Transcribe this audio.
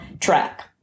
track